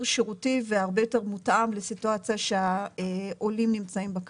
שירותי והרבה יותר מותאם לסיטואציה שהעולים נמצאים בה כרגע.